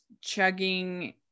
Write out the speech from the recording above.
chugging